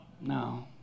No